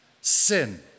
sin